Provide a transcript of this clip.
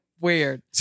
weird